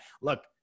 look